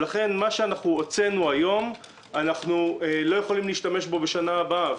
לכן מה שהוצאנו היום אנחנו לא יכולים להשתמש בו בשנה הבאה,